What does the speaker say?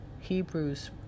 Hebrews